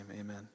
amen